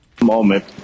Moment